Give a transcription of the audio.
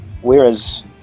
Whereas